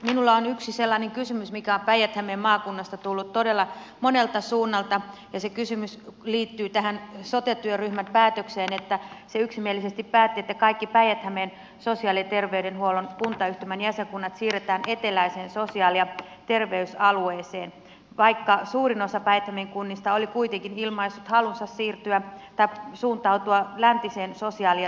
minulla on yksi sellainen kysymys mikä on päijät hämeen maakunnasta tullut todella monelta suunnalta ja se kysymys liittyy tähän sote työryhmän päätökseen että se yksimielisesti päätti että kaikki päijät hämeen sosiaali ja terveydenhuollon kuntayhtymän jäsenkunnat siirretään eteläiseen sosiaali ja terveysalueeseen vaikka suurin osa päijät hämeen kunnista oli kuitenkin ilmaissut halunsa suuntautua läntiseen sosiaali ja terveysalueeseen